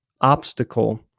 obstacle